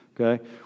okay